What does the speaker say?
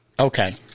Okay